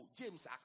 James